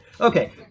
okay